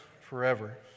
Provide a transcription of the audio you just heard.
forever